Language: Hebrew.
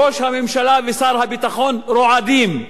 ראש הממשלה ושר הביטחון רועדים,